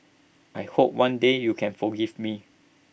I hope one day you can forgive me